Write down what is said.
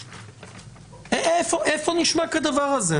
איפה נשמע דבר כזה?